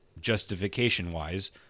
justification-wise